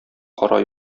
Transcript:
кара